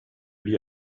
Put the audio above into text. die